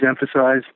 emphasize